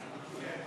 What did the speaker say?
סעיף 96 לא נתקבלה.